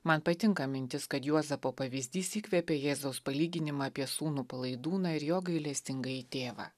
man patinka mintis kad juozapo pavyzdys įkvėpė jėzaus palyginimą apie sūnų palaidūną ir jo gailestingąjį tėvą